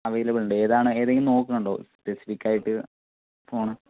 അവൈലബിളുണ്ട് ഏതാണ് ഏതെങ്കിലും നോക്കണൊണ്ടോ സ്പെസിഫിക്കായിട്ട് ഫോണ്